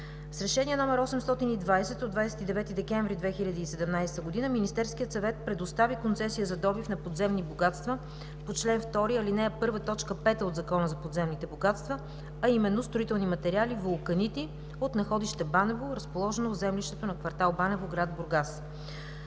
С Решение № 820 от 29 декември 2017 г. Министерският съвет предостави концесия за добив на подземни богатства по чл. 2, ал. 1, т. 5 от Закона за подземните богатства, а именно строителни материали, вулканити от находише „Банево“, разположено в землището на кв. „Банево“, град Бургас.